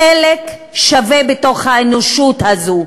חלק שווה בתוך האנושות הזאת.